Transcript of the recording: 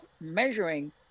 measuring